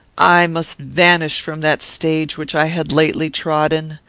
i must vanish from that stage which i had lately trodden.